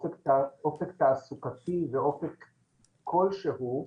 אופק תעסוקתי ואופק כלשהו,